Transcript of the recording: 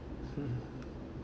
hmm